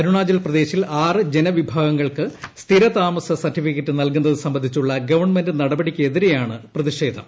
അരുണാചൽ പ്രദേശിൽ ആറ് ജനവിഭാഗങ്ങൾക്ക് സ്ഥിരതാമസ സർട്ടിഫിക്കറ്റ് നൽകുന്നത് സംബന്ധിച്ചുള്ള ഗവൺമെന്റ് നടപടിക്കെതിരെയാണ് പ്രതിഷേധം